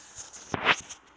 mm